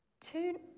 Two